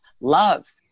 love